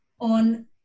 on